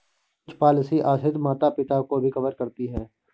कुछ पॉलिसी आश्रित माता पिता को भी कवर करती है